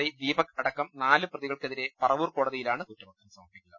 I Deepak അടക്കം നാല് പ്രതികൾക്കെതിരെ പറവൂർ കോട തിയിലാണ് കുറ്റപത്രം സമർപ്പിക്കുക